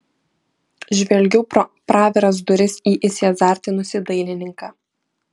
žvelgiau pro praviras duris į įsiazartinusį dailininką